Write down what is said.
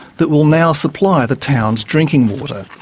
that will now supply the town's drinking water.